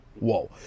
whoa